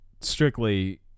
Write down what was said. strictly